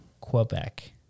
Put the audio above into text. Quebec